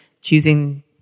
choosing